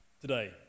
today